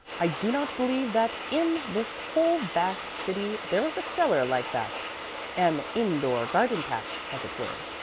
i do not believe that in this whole vast city there is a cellar like that an in-door garden-patch, as it were.